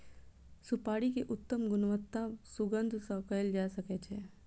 सुपाड़ी के उत्तम गुणवत्ता सुगंध सॅ कयल जा सकै छै